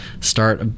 start